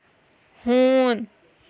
ہوٗن